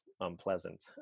unpleasant